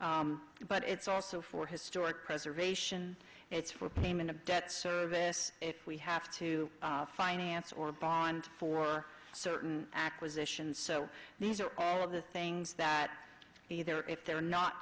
but it's also for historic preservation it's repayment of debt service if we have to finance or bond for a certain acquisition so these are all of the things that either if they're not